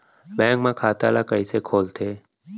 Bank म खाता ल कइसे खोलथे?